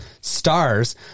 stars